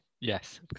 yes